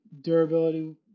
durability